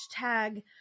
hashtag